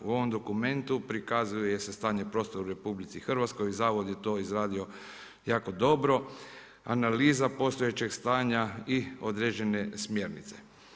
U ovom dokumentu prikazuje se stanje prostora u RH, zavod je to izradio jako dobro, analiza postojećeg stanja i određene smjernice.